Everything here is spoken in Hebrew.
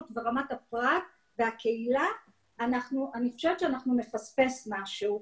ולרמת הפרט והקהילה אני חושבת שאנחנו נפספס משהו.